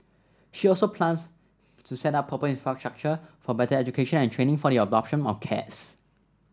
she also plans to set up proper infrastructure for better education and training for the adoption of cats